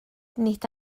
nid